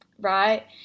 Right